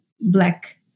black